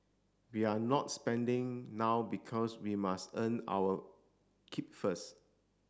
we're not spending now because we must earn our keep first